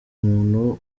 umuntu